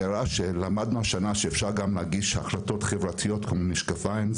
למדנו השנה שאפשר גם להגיש החלטות חברתיות כמו משקפיים.